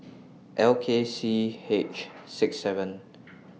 L K C H six Z